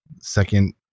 Second